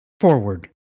Forward